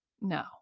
No